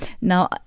Now